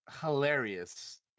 hilarious